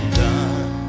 done